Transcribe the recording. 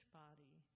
body